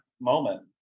moment